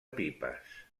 pipes